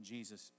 Jesus